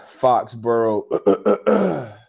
Foxborough